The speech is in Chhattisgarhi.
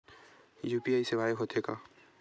यू.पी.आई सेवाएं हो थे का?